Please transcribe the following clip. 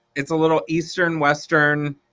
it's a little eastern, western,